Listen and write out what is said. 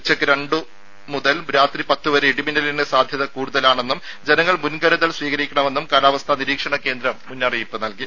ഉച്ചയ്ക്ക് രണ്ടു മുതൽ രാത്രി പത്തു വരെ ഇടിമിന്നലിന് സാധ്യത കൂടുതലാണെന്നും ജനങ്ങൾ മുൻ കരുതൽ സ്വീകരിക്കണമെന്നും കാലവസ്ഥാ നിരീക്ഷണ കേന്ദ്രം മുന്നറിയിപ്പ് നൽകി